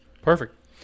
perfect